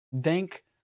Thank